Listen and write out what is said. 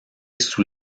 sous